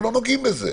אנחנו לא נוגעים בזה.